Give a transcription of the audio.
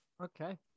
Okay